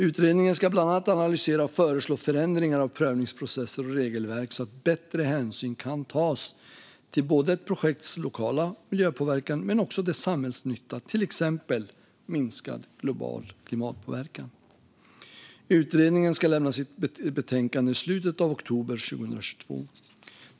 Utredningen ska bland annat analysera och föreslå förändringar av prövningsprocesser och regelverk så att bättre hänsyn kan tas till både ett projekts lokala miljöpåverkan och dess samhällsnytta, till exempel minskad global klimatpåverkan. Utredningen ska lämna sitt betänkande i slutet av oktober 2022.